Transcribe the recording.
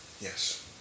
Yes